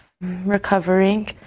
recovering